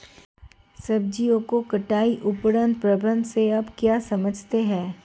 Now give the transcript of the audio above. सब्जियों के कटाई उपरांत प्रबंधन से आप क्या समझते हैं?